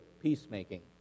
peacemaking